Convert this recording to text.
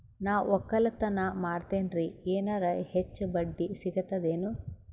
ನಾ ಒಕ್ಕಲತನ ಮಾಡತೆನ್ರಿ ಎನೆರ ಹೆಚ್ಚ ಬಡ್ಡಿ ಸಿಗತದೇನು?